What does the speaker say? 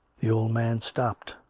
the old man stopped.